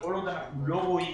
כל עוד אנחנו לא רואים